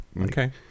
Okay